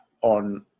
on